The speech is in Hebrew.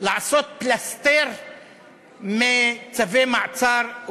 לעשות פלסתר בצווי מעצר,